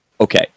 Okay